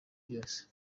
byose